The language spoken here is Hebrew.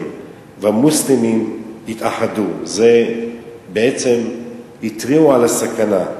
והמוסלמים יתאחדו בעצם הם התריעו על הסכנה.